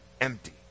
empty